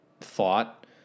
thought